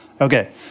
okay